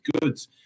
goods